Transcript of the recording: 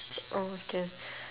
okay